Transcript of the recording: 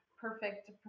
Perfect